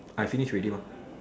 I finish already mah